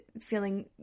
feeling